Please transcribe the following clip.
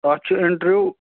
اَتھ چھُ اِنٹروِیو